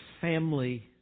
family